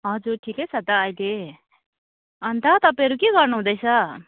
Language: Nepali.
हजुर ठिकै छ त अहिले अन्त तपाईँहरू के गर्नु हुँदैछ